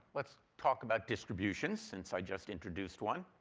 let's talk about distributions, since i just introduced one.